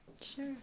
Sure